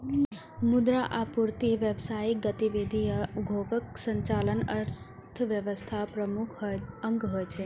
मुद्रा आपूर्ति, व्यावसायिक गतिविधि आ उद्योगक संचालन अर्थव्यवस्थाक प्रमुख अंग होइ छै